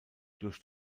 durch